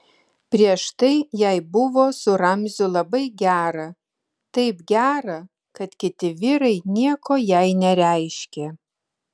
prieš tai jai buvo su ramziu labai gera taip gera kad kiti vyrai nieko jai nereiškė